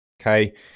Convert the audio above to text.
Okay